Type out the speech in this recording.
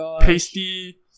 pasty